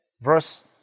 verse